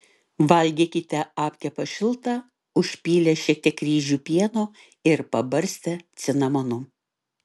valgykite apkepą šiltą užpylę šiek tiek ryžių pieno ir pabarstę cinamonu